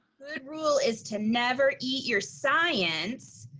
good rule is to never eat your science.